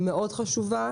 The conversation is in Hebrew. היא מאוד חשובה.